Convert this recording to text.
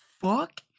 fuck